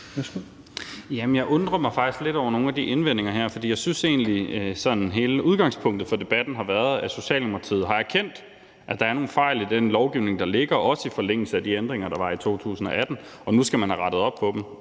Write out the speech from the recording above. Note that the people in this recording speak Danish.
jeg undrer mig faktisk lidt over nogle af de her indvendinger, for jeg synes egentlig, at sådan hele udgangspunktet for debatten har været, at Socialdemokratiet har erkendt, at der er nogle fejl i den lovgivning, der ligger, også i forlængelse af de ændringer, der var i 2018, og at nu skal man have rettet op på dem.